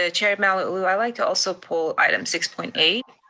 ah chair malauula, i'd like to also pull item six point eight.